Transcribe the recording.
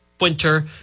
winter